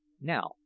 Now